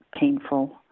painful